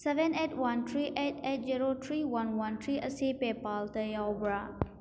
seven eight one three eight eight zero three one one three ꯑꯁꯤ ꯄꯦꯄꯥꯜꯗ ꯌꯥꯎꯕ꯭ꯔ